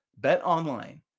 BetOnline